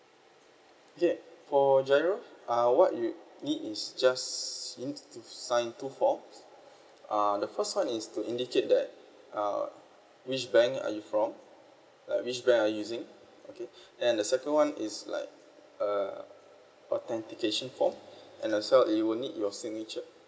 yeah for G_I_R_O uh what you need is just you needed to sign two forms uh the first one is to indicate that uh which bank are you from like which bank are you using okay and the second one is like uh authentication form and as well it will need your signature